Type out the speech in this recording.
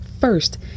first